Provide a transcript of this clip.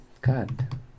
God